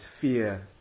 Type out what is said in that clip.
fear